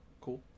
Cool